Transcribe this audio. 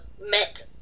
met